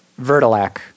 Vertilac